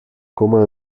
comment